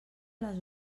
les